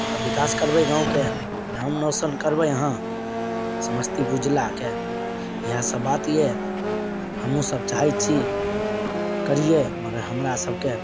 तब विकास करबय गाँवके नाम रौशन करबय अहाँ समस्तीपुर जिलाके इएह सब बात यै हमहुँ सब चाहय छी करयै मगर हमरा सबके